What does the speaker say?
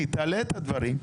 שלבים.